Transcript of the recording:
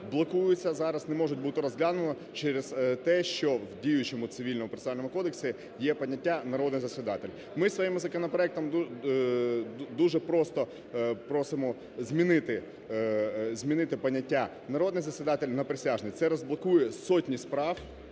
блокуються зараз, не можуть бути розглянуті через те, що в діючому Цивільному процесуальному кодексі є поняття "народний засідатель". Ми своїм законопроектом дуже просто просимо змінити поняття "народний засідатель" на "присяжний". Це розблокує сотні справ